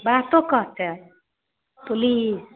बातो कहतै पुलिस